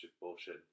bullshit